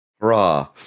Raw